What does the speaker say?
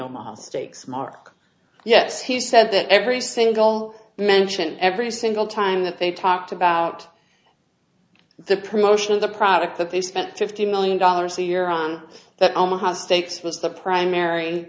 omaha steaks mark yes he said that every single mention every single time that they talked about the promotion of the product that they spent fifty million dollars a year on that omaha steaks was the primary